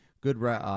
good